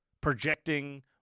projecting